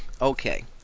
Okay